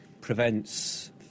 prevents